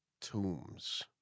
tombs